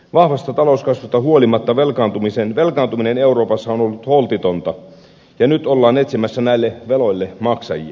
vahvasta talouskasvusta huolimatta velkaantuminen euroopassa on ollut holtitonta ja nyt ollaan etsimässä näille veloille maksajia